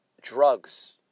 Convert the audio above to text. Drugs